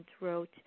wrote